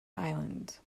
island